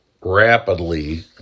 rapidly